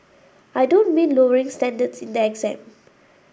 I don't mean lowering standards in the exam